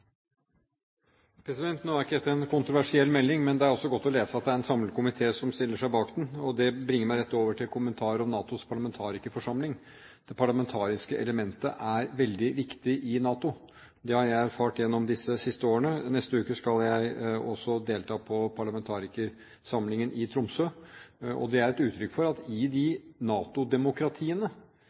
godt å lese at det er en samlet komité som stiller seg bak den. Og det bringer meg rett over til en kommentar om NATOs parlamentarikerforsamling: Det parlamentariske elementet er veldig viktig i NATO, det har jeg erfart gjennom disse siste årene. Neste uke skal jeg delta på parlamentarikersamlingen i Tromsø, og det er et uttrykk for at i NATO-demokratiene spiller parlamentarikerne en veldig viktig rolle i forhold til forankring og inspirasjon til de